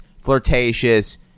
flirtatious